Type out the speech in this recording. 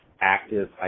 active